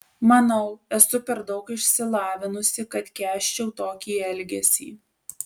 manau esu per daug išsilavinusi kad kęsčiau tokį elgesį